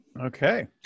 Okay